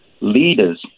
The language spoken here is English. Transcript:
Leaders